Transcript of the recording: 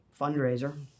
fundraiser